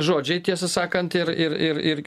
žodžiai tiesą sakant ir ir ir ir